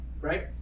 right